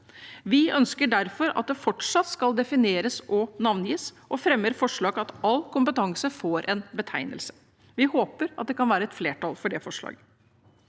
Vi ønsker derfor at det fortsatt skal defineres og navngis, og vi fremmer forslag om at all kompetanse får en betegnelse. Vi håper at det kan bli et flertall for det forslaget.